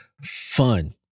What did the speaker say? fun